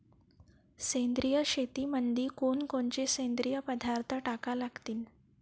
सेंद्रिय शेतीमंदी कोनकोनचे सेंद्रिय पदार्थ टाका लागतीन?